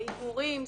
הימורים,